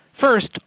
First